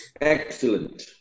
Excellent